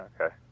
okay